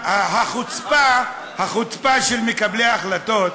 החוצפה של מקבלי ההחלטות.